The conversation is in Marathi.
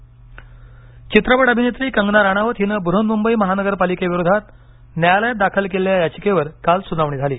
न्यायालय कंगना चित्रपट अभिनेत्री कंगना राणावत हिनं बृहन्मुंबई महानगरपालिकेविरोधात न्यायालयात दाखल केलेल्या याचिकेवर काल सुनावणी झाली